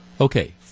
Okay